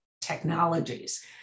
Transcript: technologies